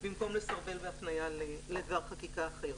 במקום לסרבל בהפניה לדבר חקיקה אחר.